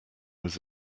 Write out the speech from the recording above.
was